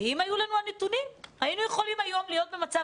אם היו לנו הנתונים, היינו יכולים היום להיות במצב